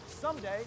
someday